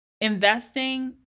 investing